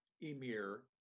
emir